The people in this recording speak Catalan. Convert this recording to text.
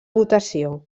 votació